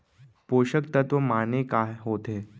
पोसक तत्व माने का होथे?